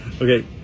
Okay